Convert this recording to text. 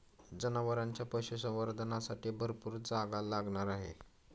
जनावरांच्या पशुसंवर्धनासाठी भरपूर जागा लागणार आहे